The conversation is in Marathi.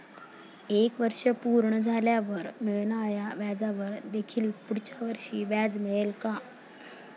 एक वर्ष पूर्ण झाल्यावर मिळणाऱ्या व्याजावर देखील पुढच्या वर्षी व्याज मिळेल का?